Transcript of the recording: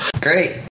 Great